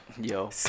yo